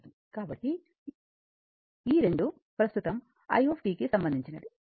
కాబట్టి ఈ 2 ప్రస్తుతం i కి సంబంధించినది VsR 1 e tτ u